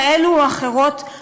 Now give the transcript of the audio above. כאלה או אחרות,